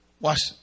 Watch